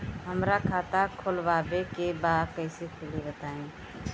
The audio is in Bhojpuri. हमरा खाता खोलवावे के बा कइसे खुली बताईं?